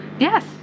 Yes